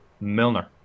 Milner